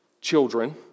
children